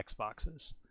Xboxes